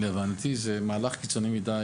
זה מהלך קיצוני מידי.